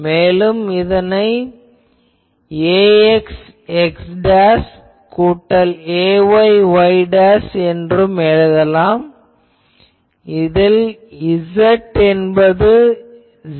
மேலும் இதை ax x கூட்டல் ay y என எழுதலாம் ஏனெனில் z என்பது '0'